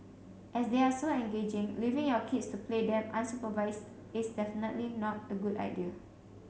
as they are so engaging leaving your kids to play them unsupervised is definitely not a good idea